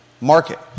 market